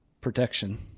protection